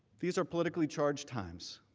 these are politically charged times.